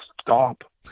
Stop